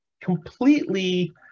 completely